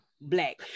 black